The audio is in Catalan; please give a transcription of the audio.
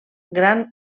gran